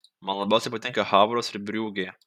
man labiausiai patinka havras ir briugė